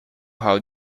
how